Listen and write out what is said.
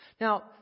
Now